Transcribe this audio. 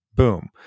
Boom